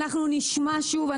אנחנו נשמע שוב,